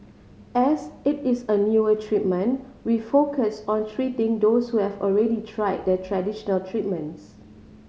as it is a newer treatment we focus on treating those who have already tried the traditional treatments